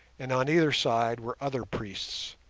and on either side were other priests.